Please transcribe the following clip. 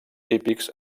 típics